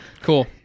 Cool